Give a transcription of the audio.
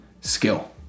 skill